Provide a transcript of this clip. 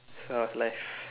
so how's life